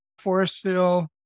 Forestville